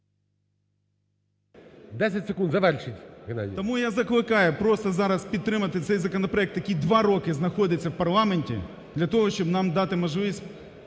10 секунд, завершіть, Геннадій. ЗУБКО Г.Г. Тому я закликаю просто зараз підтримати цей законопроект, який два роки знаходиться в парламенті для того, щоб нам дати можливість